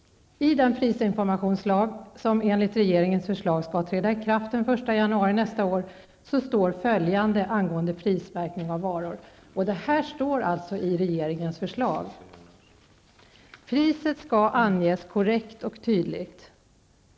I den prisinformationslag som enligt regeringens förslag skall träda i kraft den 1 januari nästa år står följande angående prismärkning av varor: ''Priset skall anges korrekt och tydligt.